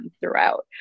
throughout